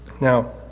Now